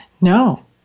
No